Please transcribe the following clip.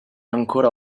ancora